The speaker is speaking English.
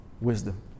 Wisdom